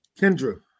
Kendra